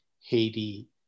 Haiti